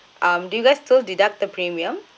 um do you guys still deduct the premium